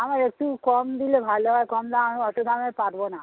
আমার একটু কম দিলে ভালো হয় কম দাম আমি অত দামে পারবো না